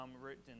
written